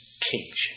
kingship